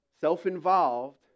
self-involved